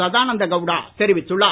சதானந்த கவுடா தெரிவித்துள்ளார்